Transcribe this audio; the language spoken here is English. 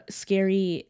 scary